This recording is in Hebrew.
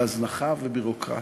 הזנחה וביורוקרטיה.